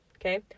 Okay